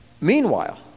Meanwhile